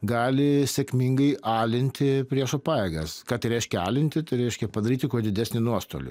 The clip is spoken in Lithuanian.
gali sėkmingai alinti priešo pajėgas ką tai reiškia alinti reiškia padaryti kuo didesnį nuostolį